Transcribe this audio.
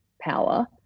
power